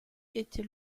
était